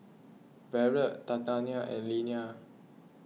Barrett Tatianna and Leana